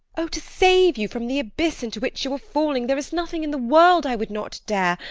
oh! to save you from the abyss into which you are falling, there is nothing in the world i would not dare,